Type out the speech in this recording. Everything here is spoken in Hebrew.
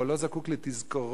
הוא לא זקוק לתזכורות.